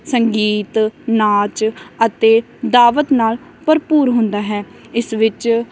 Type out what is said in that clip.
ਸੰਗੀਤ ਨਾਚ ਅਤੇ ਦਾਵਤ ਨਾਲ ਭਰਪੂਰ ਹੁੰਦਾ ਹੈ ਇਸ ਵਿੱਚ